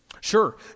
Sure